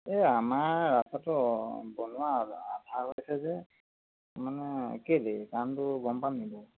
এই আমাৰ ৰাস্তাটো বনোৱা আধা হৈছে যে মানে কেলৈ কাৰণটো গম পাম নেকি